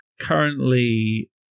currently